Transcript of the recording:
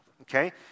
okay